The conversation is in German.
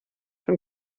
von